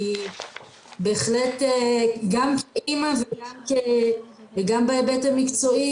אני בהחלט גם כאימא וגם בהיבט המקצועי,